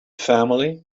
family